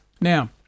Now